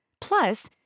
Plus